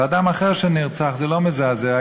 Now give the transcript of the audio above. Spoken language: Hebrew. וכשאדם אחר נרצח זה לא מזעזע,